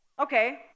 Okay